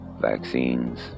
vaccines